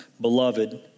Beloved